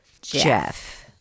Jeff